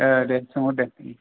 ए सोंहर दे